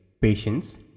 patience